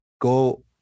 go